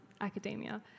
academia